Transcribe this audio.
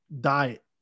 diet